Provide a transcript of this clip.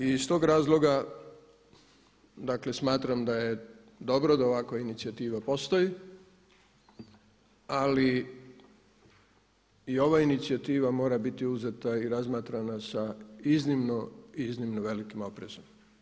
I iz tog razloga, dakle smatram da je dobro da ovakva inicijativa postoji, ali i ova inicijativa mora biti uzeta i razmatrana sa iznimno, iznimno velikim oprezom.